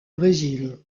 brésil